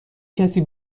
کسی